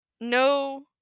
No